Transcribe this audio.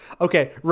Okay